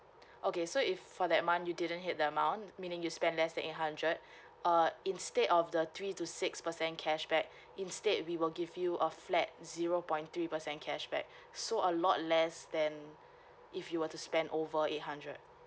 okay so if for that month you didn't hit the amount meaning you spend less than eight hundred uh instead of the three to six percent cashback instead we will give you a flat zero point three percent cashback so a lot less than if you were to spend over eight hundred